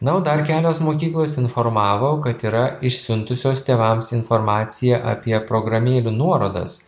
na o dar kelios mokyklos informavo kad yra išsiuntusios tėvams informaciją apie programėlių nuorodas